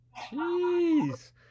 Jeez